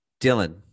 Dylan